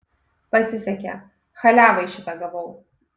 pasisekė chaliavai šitą gavau